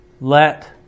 Let